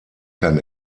kann